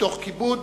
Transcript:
מתוך כיבוד